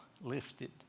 lifted